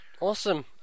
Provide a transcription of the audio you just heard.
awesome